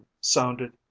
sounded